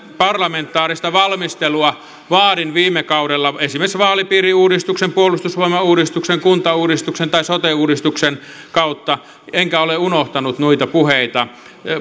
parlamentaarista valmistelua vaadin viime kaudella esimerkiksi vaalipiiriuudistuksen puolustusvoimauudistuksen kuntauudistuksen tai sote uudistuksen kautta enkä ole unohtanut noita puheita